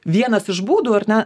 vienas iš būdų ar ne